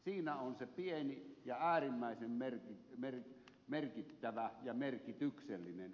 siinä on se pieni ja äärimmäisen merkittävä ja merkityksellinen ero